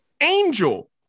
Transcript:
angel